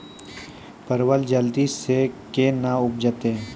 परवल जल्दी से के ना उपजाते?